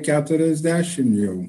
keturiasdešim jau